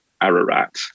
Ararat